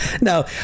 no